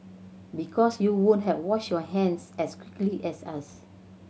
because you won't have washed your hands as quickly as us